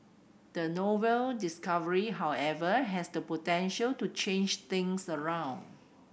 the novel discovery however has the potential to change things around